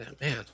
man